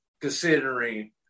considering